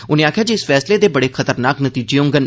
उनें आखेआ जे इस फैसले दे बड़े खतरनाक नतीजे होडन